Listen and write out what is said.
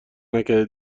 نکرده